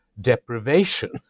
deprivation